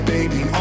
Baby